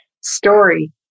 story